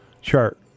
chart